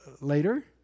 later